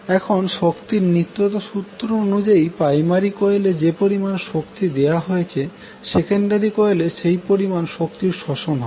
এখন শক্তির নিত্যতা সূত্র অনুযায়ী প্রাইমারি কোয়েলে যে পরিমান শক্তি দেওয়া হয়েছে সেকেন্ডারি কোয়েলে সেই পরিমান শক্তির শোষণ হবে